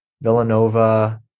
Villanova